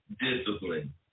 discipline